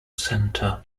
center